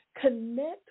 Connect